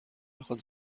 میخواد